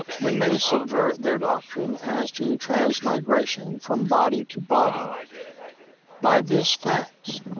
we may subvert their doctrine as to transmigration from body to body by this fact,